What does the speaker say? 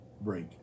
break